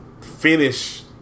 Finish